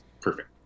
perfect